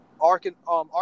Arkansas